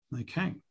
Okay